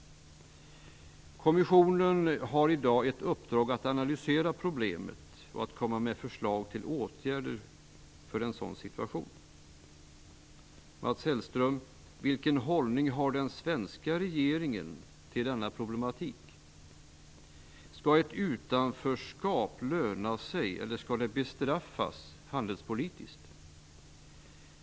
Kommissionen har i dag ett uppdrag att analysera problemet och att komma med förslag till åtgärder för en sådan situation. Mats Hellström, vilken hållning har den svenska regeringen till denna problematik? Skall ett utanförskap löna sig eller skall det bestraffas handelspolitiskt?